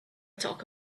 talk